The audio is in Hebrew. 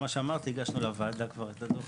מה שאמרתי הגשנו לוועדה כבר את הדוח.